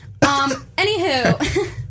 anywho